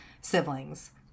siblings